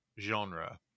genre